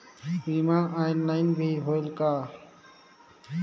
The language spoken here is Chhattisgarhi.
बीमा ऑनलाइन भी होयल का?